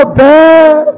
bad